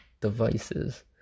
devices